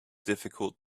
difficult